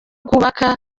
bwubaka